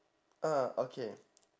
ah okay